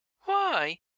Why